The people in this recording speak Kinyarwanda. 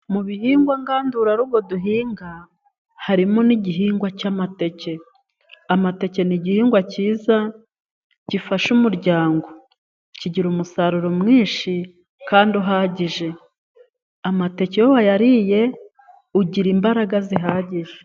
Mu bihingwa ngandurarugo duhinga harimo n'igihingwa cy'amateke, amateke ni igihingwa cyiza gifasha umuryango, kigira umusaruro mwinshi kandi uhagije, amateke iyo wayariye ugira imbaraga zihagije.